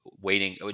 waiting